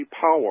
power